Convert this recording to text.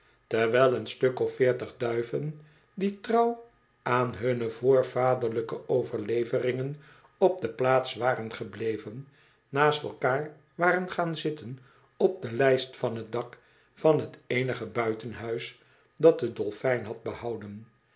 terwijl een stuk of veertig duiven die trouw aan hunne voorvaderlijke overleveringen op de plaats waren gebleven naast elkaar waren gaan zitten op de lijst van t dak van t eenigc buitenhuis dat de dolfijn had behouden